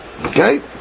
Okay